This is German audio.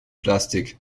plastik